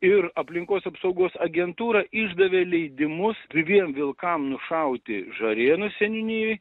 ir aplinkos apsaugos agentūra išdavė leidimus dviem vilkam nušauti žarėnų seniūnijoj